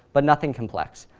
but nothing complex.